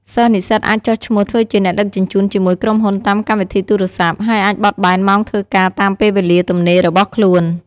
សិស្សនិស្សិតអាចចុះឈ្មោះធ្វើជាអ្នកដឹកជញ្ជូនជាមួយក្រុមហ៊ុនតាមកម្មវិធីទូរស័ព្ទ ហើយអាចបត់បែនម៉ោងធ្វើការតាមពេលវេលាទំនេររបស់ខ្លួន។